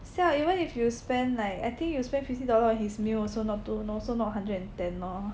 siao even if you spend like I think you spend fifty dollar on his meal also not too also not hundred and ten lor